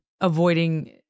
Avoiding